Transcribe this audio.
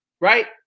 Right